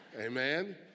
amen